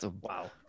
Wow